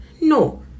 no